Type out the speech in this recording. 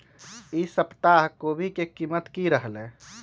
ई सप्ताह कोवी के कीमत की रहलै?